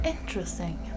Interesting